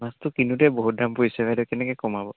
মাছটো কিনোতেই বহুত দাম পৰিছে বাইদেউ কেনেকৈ কমাব